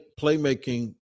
playmaking